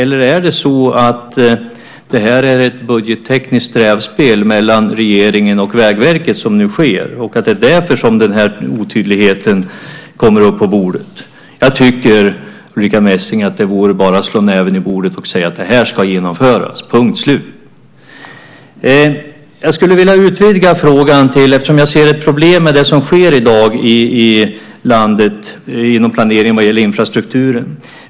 Eller är det ett budgettekniskt rävspel mellan regeringen och Vägverket som nu sker och att det är därför som den här otydligheten kommer upp på bordet? Jag tycker, Ulrica Messing, att det bara vore att slå näven i bordet och säga att det här ska genomföras, punkt slut. Jag skulle vilja utvidga frågan, eftersom jag ser ett problem med det som sker i dag i landet inom planering vad gäller infrastrukturen.